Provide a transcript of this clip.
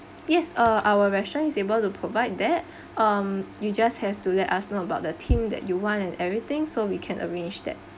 yes uh our restaurant is able to provide that um you just have to let us know about the theme that you want and everything so we can arrange that